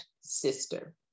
sister